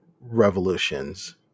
revolutions